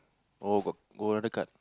oh got got other card